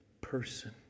person